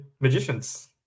magicians